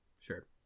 Sure